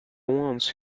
ones